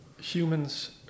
Humans